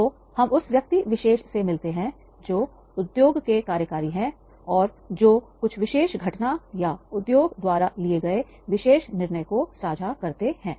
तो हम उस व्यक्ति विशेष से मिलते हैं जो उद्योग के कार्यकारी है और जो कुछ विशेष घटना या उद्योग द्वारा लिए गए विशेष निर्णय को साझा करते हैं